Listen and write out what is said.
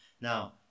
Now